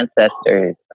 ancestors